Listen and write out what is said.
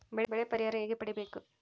ಬೆಳೆ ಪರಿಹಾರ ಹೇಗೆ ಪಡಿಬೇಕು?